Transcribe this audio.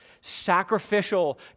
sacrificial